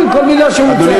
לא מכל מילה שהוא מוציא,